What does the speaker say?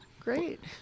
Great